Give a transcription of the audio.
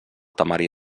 temari